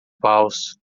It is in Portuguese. paus